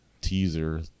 teaser